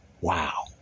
Wow